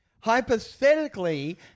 Hypothetically